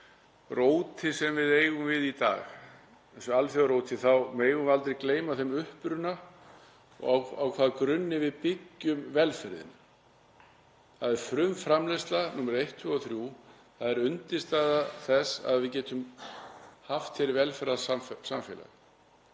róti sem við eigum við í dag, þessu alþjóðaróti, megum við aldrei gleyma upprunanum og á hvaða grunni við byggjum velferðina. Það er frumframleiðsla númer eitt, tvö og þrjú. Það er undirstaða þess að við getum haft hér velferðarsamfélag.